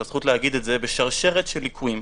הזכות להגיד את זה בשרשרת של ליקויים,